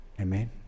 Amen